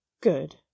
good